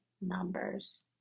numbers